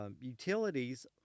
Utilities